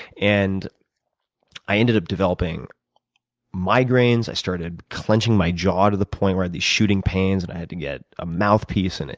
and i ended up developing migraines, i started clenching my jaw to the point where i had these shooting pains and i had to get a mouthpiece. and